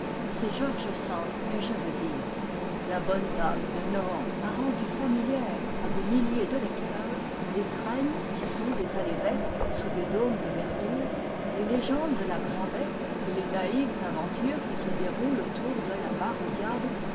c'est george sand que je veux dire la bonne dame de nohant a rendu familières à des milliers de lecteurs les trames qui sont des allées vertes sous des dômes de verdure les légendes de la grand'bête et les naïves aventures qui se déroulent autour de la mare au diable